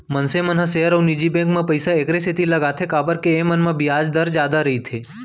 मनसे मन ह सेयर अउ निजी बेंक म पइसा एकरे सेती लगाथें काबर के एमन म बियाज दर जादा रइथे